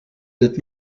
did